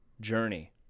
journey